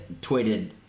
tweeted